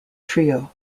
trio